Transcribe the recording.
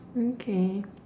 okay